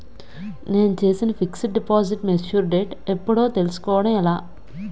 నేను చేసిన fixed deposit mature date ఎప్పుడో తెల్సుకోవడం ఎలా?